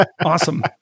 Awesome